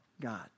God